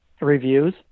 reviews